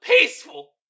peaceful